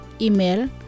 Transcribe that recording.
Email